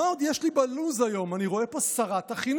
מה עוד יש לי פה בלו"ז היום?" "אני רואה פה: שרת החינוך".